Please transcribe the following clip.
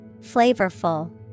Flavorful